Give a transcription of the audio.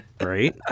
right